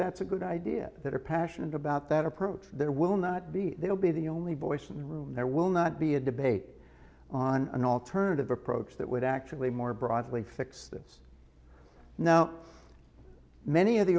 that's a good idea that are passionate about that approach there will not be they will be the only voice in the room there will not be a debate on an alternative approach that would actually more broadly fix this now many of the